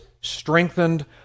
strengthened